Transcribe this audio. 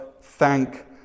thank